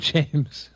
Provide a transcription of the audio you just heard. James